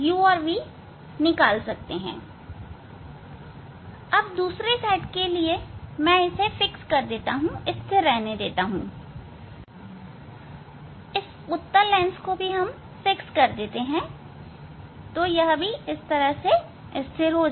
अब दूसरे सेट के लिए मैं इसे स्थिर रखता हूं इस उत्तल लेंस को भी स्थिर रखता हूं तो यह भी इस तरह स्थिर होगा